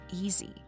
easy